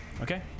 Okay